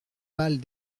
pâle